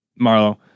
Marlo